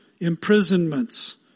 imprisonments